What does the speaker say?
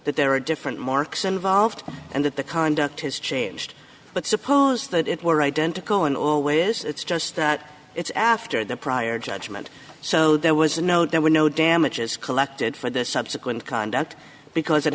that there are different marks involved and that the conduct has changed but suppose that it were identical in all ways it's just it's after the prior judgement so there was no there were no damages collected for the subsequent conduct because it